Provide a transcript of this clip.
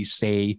say